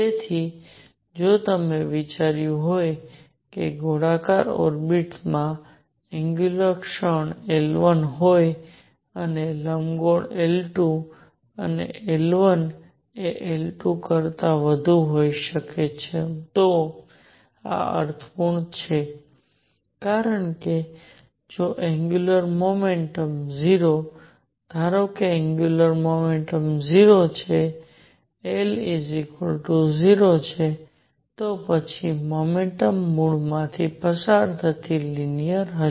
તેથી જો મેં વિચાર્યું હોય કે ગોળાકાર ઓર્બિટ્સ માં એંગ્યુલર ક્ષણ L1 હોય અને લંબગોળ L2 અને L1 એ L2 કરતા વધુ હોઈ શકે તો આ અર્થપૂર્ણ છે કારણ કે જો એંગ્યુલર મોમેન્ટમ 0 ધારો કે એંગ્યુલર મોમેન્ટમ 0 છે L 0 છે તો પછી મોમેન્ટમ મૂળ માંથી પસાર થતી લિનિયર હશે